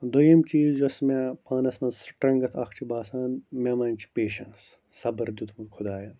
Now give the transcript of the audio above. دوٚیِم چیٖز یۄس مےٚ پانَس منٛز سٕٹرَنٛگٕتھ اَکھ چھِ باسان مےٚ منٛز چھُ پیشنٕس صبٕر دیُتمُت خۄدایَن